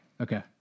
Okay